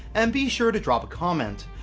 and be sure to drop a comment.